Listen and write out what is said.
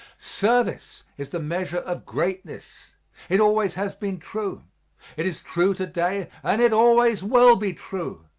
service is the measure of greatness it always has been true it is true to-day, and it always will be true,